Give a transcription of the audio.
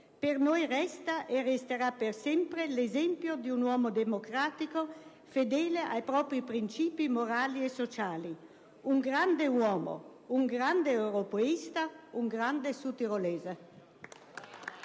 Per noi resta e resterà per sempre l'esempio di un uomo democratico fedele ai propri principi morali e sociali. Un grande uomo, un grande europeista, un grande sudtirolese.